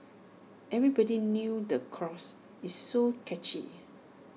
everybody knew the chorus it's so catchy